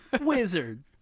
Wizard